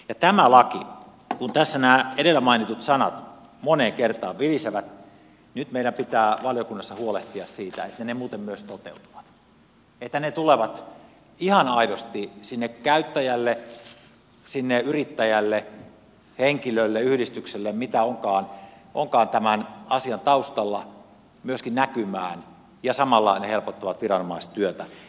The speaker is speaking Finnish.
ja kun tässä laissa nämä edellä mainitut sanat moneen kertaan vilisevät niin nyt meidän pitää valiokunnassa huolehtia siitä että ne muuten myös toteutuvat että ne tulevat ihan aidosti sinne käyttäjälle sinne yrittäjälle henkilölle yhdistykselle mitä onkaan tämän asian taustalla myöskin näkymään ja samallahan ne helpottavat viranomaistyötä